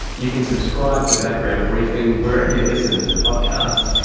you can subscribe to background briefing wherever you listen to podcasts,